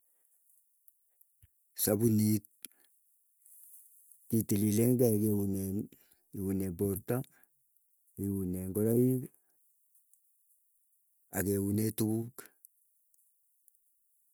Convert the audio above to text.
Sapunit kitililengei keunen keune porta keune ngoroik, ak keune tukuk.